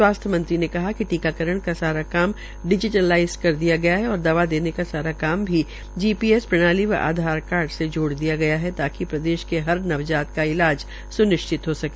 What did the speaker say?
स्वास्थ्य मंत्री ने कहा कि टीकाकरण का सारा काम डिजीटलाईजेंड कर दिया गया है और दवा देने का सारा काम भी जीपीएस प्रणाली व आधार कार्ड से जोड़ दिया गया है ताकि प्रदेश के हर नवजात का इलाज स्निश्चित हो सके